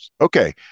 Okay